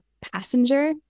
passenger